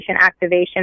activation